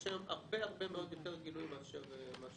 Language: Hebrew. יש היום הרבה יותר גילוי מאשר בעבר.